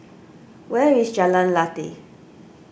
where is Jalan Lateh